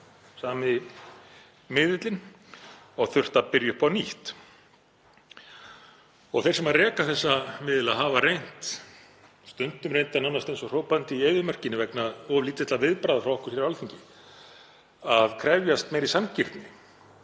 sami miðillinn og þurft að byrja upp á nýtt. Þeir sem reka þessa miðla hafa reynt, stundum nánast eins og hrópandinn í eyðimörkinni vegna lítilla viðbragða frá okkur hér á Alþingi, að krefjast meiri sanngirni